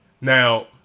Now